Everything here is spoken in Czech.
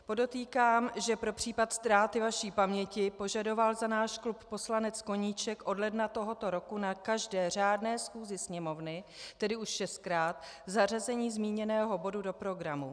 Podotýkám, že pro případ ztráty vaší paměti požadoval na náš klub poslanec Koníček od ledna tohoto roku na každé řádné schůzi Sněmovny, tedy už šestkrát, zařazení zmíněného bodu do programu.